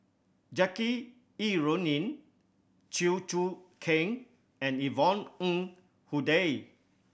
Jackie Yi Ru Ying Chew Choo Keng and Yvonne Ng Uhde